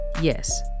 yes